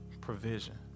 provision